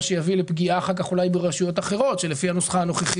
מה שאולי יביא אחר כך לפגיעה ברשויות אחרות שלי הנוסחה הנוכחית